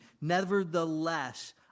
Nevertheless